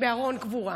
בארון קבורה,